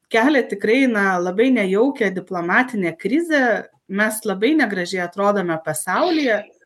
kelia tikrai na labai nejaukią diplomatinę krizę mes labai negražiai atrodome pasaulyje